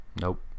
Nope